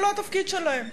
זה לא התפקיד שלהם.